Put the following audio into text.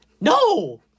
No